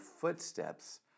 footsteps